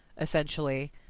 essentially